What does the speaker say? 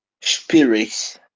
spirits